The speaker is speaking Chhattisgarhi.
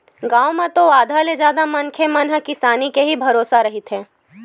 गाँव म तो आधा ले जादा मनखे मन ह किसानी के ही भरोसा रहिथे